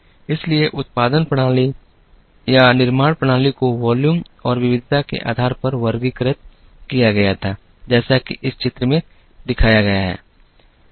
इसलिए उत्पादन प्रणाली या निर्माण प्रणाली को वॉल्यूम और विविधता के आधार पर वर्गीकृत किया गया था जैसा कि इस चित्र में दिखाया गया है